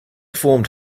formed